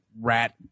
rat